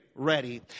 ready